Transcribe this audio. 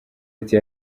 ati